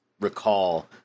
recall